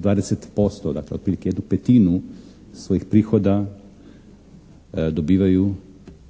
20%, dakle otprilike 1/5 svojih prihoda dobivaju